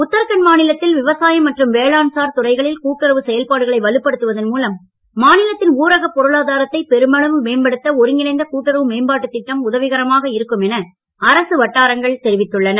உத்தராகண்ட் மாநிலத்தில் விவசாயம் மற்றும் வேளாண்சார் துறைகளில் கூட்டுறவு செயல்பாடுகளை வலுப்படுத்துவதன் மூலம் மாநிலத்தின் ஊரகப் பொருளாதாரத்தை பெருமளவு மேம்படுத்த ஒருங்கிணைந்த கூட்டுறவு மேம்பாட்டுத் திட்டம் உதவிகரமாக இருக்கும் என அரசு வட்டாரங்கள் தெரிவித்துள்ளன